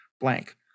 blank